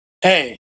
Hey